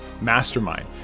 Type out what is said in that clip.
Mastermind